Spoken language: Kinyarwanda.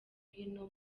hino